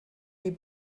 wie